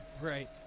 right